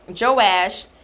Joash